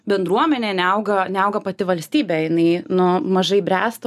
bendruomenė neauga neauga pati valstybė jinai nu mažai bręsta